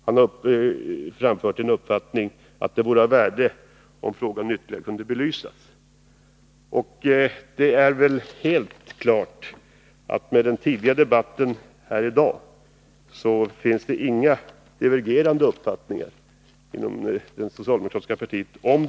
Han framförde uppfattningen att det vore av värde om frågan kunde ytterligare belysas. Den tidigare debatten här i dag har väl visat att det i denna fråga inte finns några divergerande uppfattningar inom det socialdemokratiska partiet.